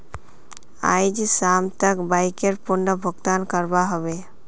आइज शाम तक बाइकर पूर्ण भुक्तान करवा ह बे